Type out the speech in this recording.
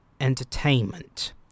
entertainment